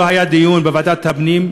לא היה דיון בוועדת הפנים,